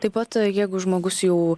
taip pat jeigu žmogus jau